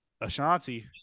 Ashanti